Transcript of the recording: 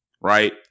Right